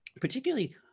particularly